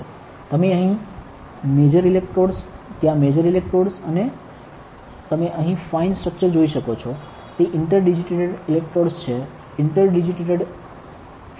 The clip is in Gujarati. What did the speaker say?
તમે અહીં મેજર ઇલેક્ટ્રોડ્સ ત્યાં મેજર ઇલેક્ટ્રોડ્સ અને તમે અહીં ફાઇન સ્ટ્રક્ચર જોઈ શકો છો તે ઇન્ટર ડિજિટેટેડ ઇલેક્ટ્રોડ્સ છે ઇન્ટર ડિજિટેટેડ ફીંગર જેવા ડિજિટ્સ